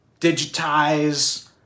digitize